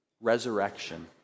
Resurrection